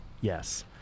Yes